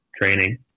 training